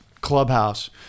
clubhouse